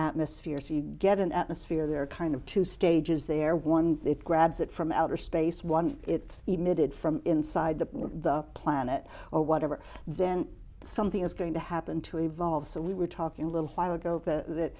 atmosphere to get an atmosphere there are kind of two stages there one that grabs it from outer space one it's emitted from inside the the planet or whatever then something is going to happen to evolve so we were talking a little while ago the that